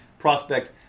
prospect